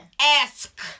Ask